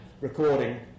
recording